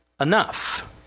enough